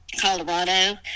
Colorado